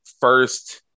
first